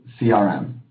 CRM